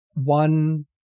One